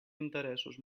interessos